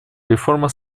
реформа